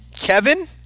Kevin